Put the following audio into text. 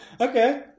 Okay